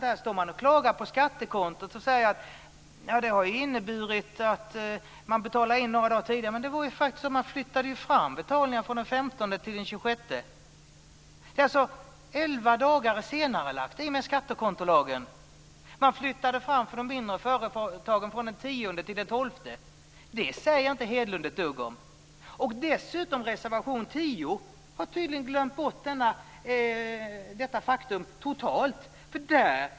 Här står man och klagar på skattekontot och säger att det har inneburit att företagarna betalar in några dagar tidigare. Men vi flyttade ju faktiskt fram betalningen från den 15 till den 26. Den är alltså senarelagd med elva dagar i och med skattekontolagen. För de mindre företagen flyttade vi fram från den 10 till den 12. Det säger inte Hedlund ett dugg om. När man skrivit reservation 10 har man dessutom totalt glömt bort detta faktum.